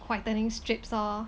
whitening strips lor